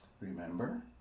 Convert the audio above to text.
remember